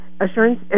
assurance